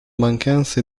mancanze